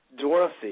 Dorothy